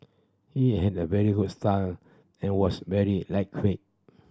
he had a very good style and was very lightweight